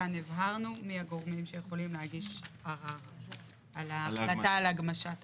וכאן הבהרנו מי הגורמים שיכולים להגיש ערר על ההחלטה על הגמשת תוכנית.